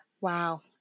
Wow